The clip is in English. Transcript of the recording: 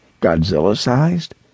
Godzilla-sized